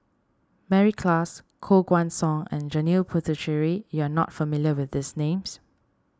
Mary Klass Koh Guan Song and Janil Puthucheary you are not familiar with these names